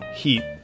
heat